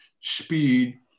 speed